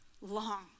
long